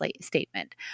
statement